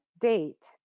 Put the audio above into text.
date